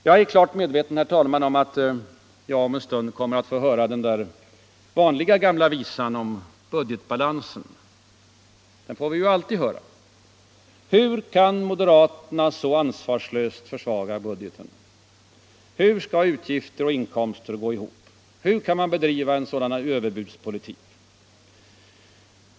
Jag är klart medveten, herr talman, om att jag om en stund kommer att få höra den vanliga gamla visan om budgetbalansen. Hur kan moderaterna så försvaga budgeten? Den får vi ju alltid höra. Hur kan moderaterna så ansvarslöst försvaga budgeten? Hur skall utgifter och inkomster gå ihop? Hur kan man bedriva en sådan överbudspolitik?